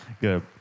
Good